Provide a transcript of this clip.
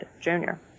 Junior